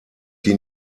die